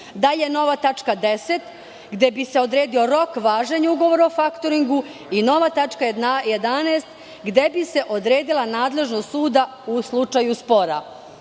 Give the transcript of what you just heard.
U novoj tački 10. bi se odredio rok važenja ugovora o faktoringu i u novoj tački 11. bi se odredila nadležnost suda u slučaju spora.U